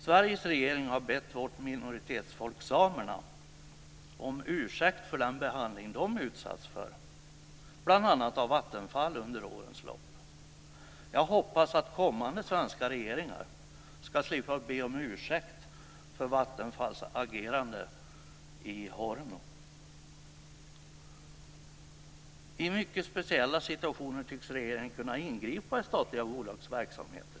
Sveriges regering har bett vårt minoritetsfolk samerna om ursäkt för den behandling som det utsattes för, bl.a. av Vattenfall, under årens lopp. Jag hoppas att kommande svenska regeringar ska slippa be om ursäkt för Vattenfalls agerande i Horno. I mycket speciella situationer tycks regeringen kunna ingripa i statliga bolags verksamheter.